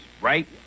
right